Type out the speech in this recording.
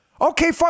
Okay